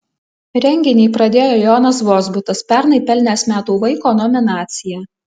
renginį pradėjo jonas vozbutas pernai pelnęs metų vaiko nominaciją